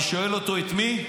אני שואל אותו את מי,